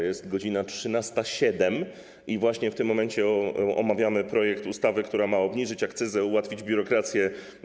Jest godz. 13.07 i właśnie w tym momencie omawiamy projekt ustawy, która ma obniżyć akcyzę, ułatwić biurokrację.